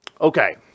Okay